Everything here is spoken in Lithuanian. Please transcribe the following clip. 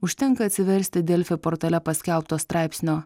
užtenka atsiversti delfi portale paskelbto straipsnio